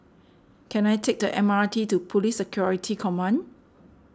can I take the M R T to Police Security Command